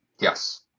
Yes